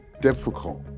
difficult